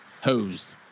hosed